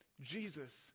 Jesus